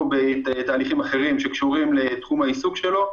בתהליכים אחרים שקשורים לתחום העיסוק שלו,